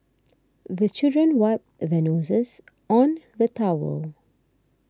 the children wipe their noses on the towel